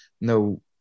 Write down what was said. no